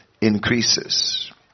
increases